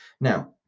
Now